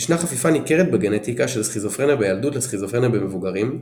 ישנה חפיפה ניכרת בגנטיקה של סכיזופרניה בילדות לסכיזופרניה במבוגרים,